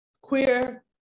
queer